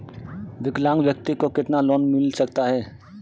विकलांग व्यक्ति को कितना लोंन मिल सकता है?